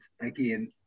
again